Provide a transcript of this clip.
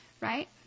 right